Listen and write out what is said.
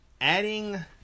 adding